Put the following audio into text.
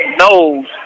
knows